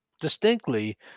distinctly